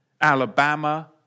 Alabama